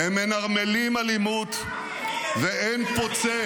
הם מנרמלים אלימות ואין פוצה.